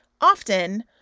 Often